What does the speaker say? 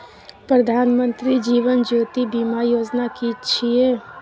प्रधानमंत्री जीवन ज्योति बीमा योजना कि छिए?